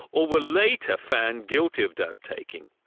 or were later found guilty of dope taking.